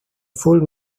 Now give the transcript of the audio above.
full